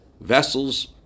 vessels